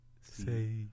Say